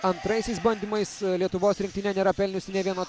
antraisiais bandymais lietuvos rinktinė nėra pelniusi nė vieno